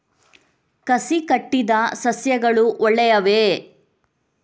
ಕಸಿ ಕಟ್ಟಿದ ಸಸ್ಯಗಳು ಒಳ್ಳೆಯವೇ?